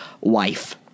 wife